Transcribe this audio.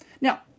Now